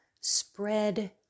spread